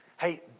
Hey